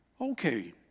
Okay